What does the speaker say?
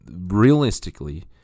realistically